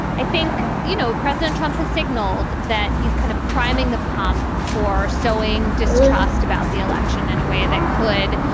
i think, you know, president trump has signaled that he's kind of priming the pump for sowing distrust about the election in a way that could,